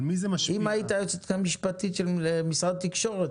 אם היית היועצת המשפטית של משרד התקשורת,